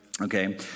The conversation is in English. Okay